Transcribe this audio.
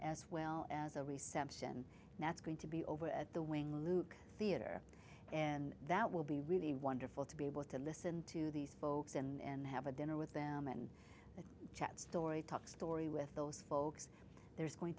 as well as a reception that's going to be over at the wing luke theater and that will be really wonderful to be able to listen to these folks and have a dinner with them and chat story talk story with those folks there's going